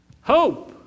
Hope